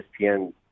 ESPN